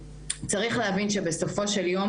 צריך להבין שבסופו של יום,